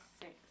six